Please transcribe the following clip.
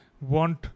want